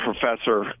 professor